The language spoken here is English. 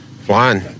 Flying